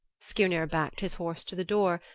skirnir backed his horse to the door,